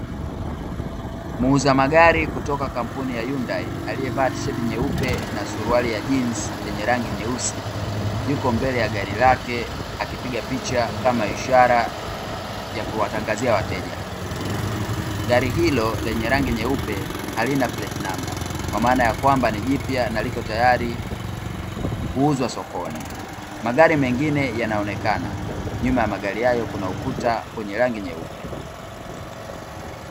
Muuza magari kutoka kampuni ya HYUNDAI aliyevaa tisheti nyeupe na suruali ya jinsi yenye rangi nyeusi, yuko mbele ya gari lake akipiga picha kama ishara ya kuwatangazia wateja. Gari hilo lenye rangi nyeupe halina pleti namba, kwa maana ya kwamba ni jipya na lipo tayari kuuzwa sokoni. Magari mengine yanaonekana. Nyuma ya magari hayo kuna ukuta wenye rangi nyeupe.